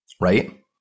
Right